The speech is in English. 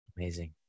Amazing